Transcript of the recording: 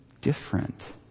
different